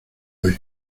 hoy